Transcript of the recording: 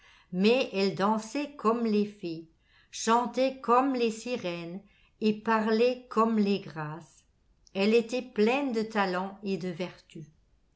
mais elle dansait comme les fées chantait comme les sirènes et parlait comme les grâces elle était pleine de talents et de vertus